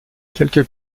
quelques